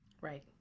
Right